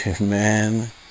man